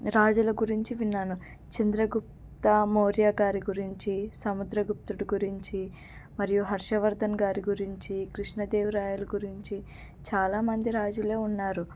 రాజుల గురించి విన్నాను చంద్రగుప్త మౌర్య గారి గురించి సముద్రగుప్తుడు గురించి మరియు హర్షవర్ధన్ గారి గురించి కృష్ణ దేవరాయల గురించి చాలామంది రాజులే ఉన్నారు